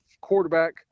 quarterback